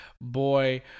Boy